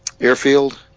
airfield